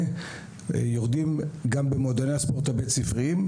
יורדים גם במועדוני הספורט הבית-ספריים,